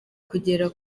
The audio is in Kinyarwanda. kugera